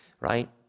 right